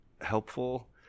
helpful